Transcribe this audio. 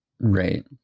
Right